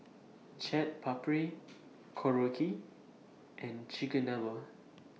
Chaat Papri Korokke and Chigenabe